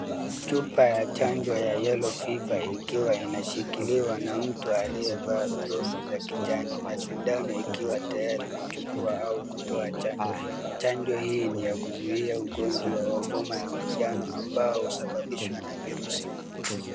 Chupa ya chanjo ya yellow fever ikiwa inashikiliwa na mtu aliyevaa glovu za kijani na sindano ikiwa tayari kuchukua au kutoa chanjo hiyo. Chanjo hii ni ya kuzuia ugonjwa wa homa ya majano ambao husababishwa na virusi.